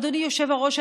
אדוני היושב-ראש,